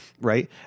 Right